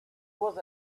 was